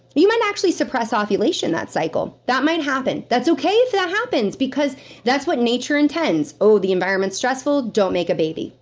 you might actually suppress ovulation that cycle. that might happen that's okay if that happens, because that's what nature intends. oh, the environment's stressful. don't make a baby.